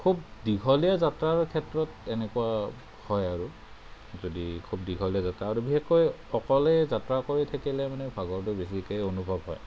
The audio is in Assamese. খুব দীঘলীয়া যাত্ৰাৰ ক্ষেত্ৰত তেনেকুৱা হয় আৰু যদি খুব দীঘলীয়া যাত্ৰা আৰু বিশেষকৈ অকলে যাত্ৰা কৰি থাকিলে মানে ভাগৰটো বেছিকৈ অনুভৱ হয়